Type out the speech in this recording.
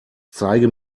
zeige